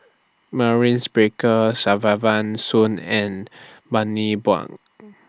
Maurice Baker Kesavan Soon and Bani Buang